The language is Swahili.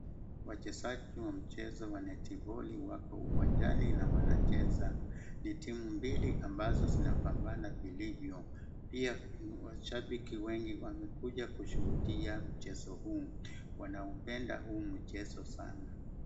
Wachezaji wa mchezo wa netiboli wako uwanjani na wanacheza. Ni timu mbili ambazo zinapambana vilivyio pia washabiki wengi wanakuja kushuhudia mchezo huu. Wanaupenda mchezo huu sana.